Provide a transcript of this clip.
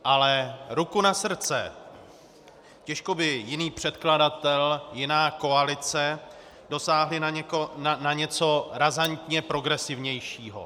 Ale ruku na srdce, těžko by jiný předkladatel, jiná koalice dosáhli na něco razantně progresivnějšího.